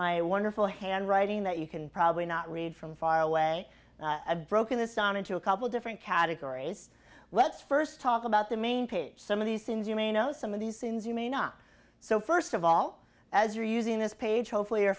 my wonderful handwriting that you can probably not read from far away a broken this on into a couple different categories let's first talk about the main page some of these things you may know some of these things you may not so first of all as you're using this page hopefully are